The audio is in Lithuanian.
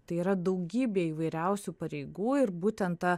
tai yra daugybė įvairiausių pareigų ir būtent ta